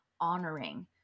honoring